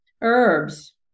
herbs